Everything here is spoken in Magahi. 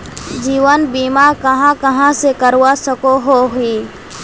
जीवन बीमा कहाँ कहाँ से करवा सकोहो ही?